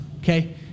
okay